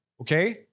Okay